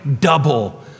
double